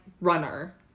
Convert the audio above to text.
runner